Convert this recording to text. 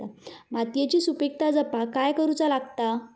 मातीयेची सुपीकता जपाक काय करूचा लागता?